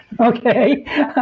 Okay